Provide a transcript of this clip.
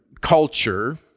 culture